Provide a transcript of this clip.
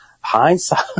hindsight